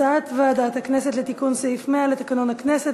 הצעת ועדת הכנסת לתיקון סעיף 100 לתקנון הכנסת